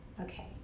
Okay